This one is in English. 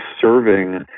serving